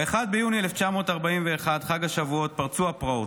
ב-1 ביוני 1941, חג השבועות, פרצו הפרעות.